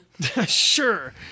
Sure